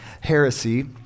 heresy